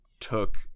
took